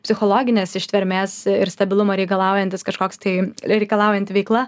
psichologinės ištvermės ir stabilumo reikalaujantis kažkoks tai reikalaujanti veikla